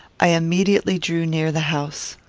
i immediately drew near the house.